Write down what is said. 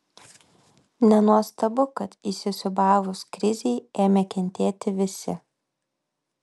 nenuostabu kad įsisiūbavus krizei ėmė kentėti visi